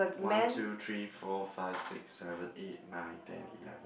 one two three four five six seven eight nine ten eleven